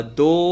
Two